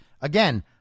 Again